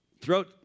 Throughout